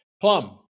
Plum